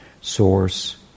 source